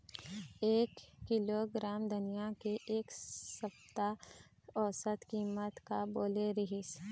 एक किलोग्राम धनिया के एक सप्ता औसत कीमत का बोले रीहिस?